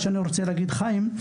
אני רוצה להגיד חיים,